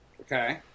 Okay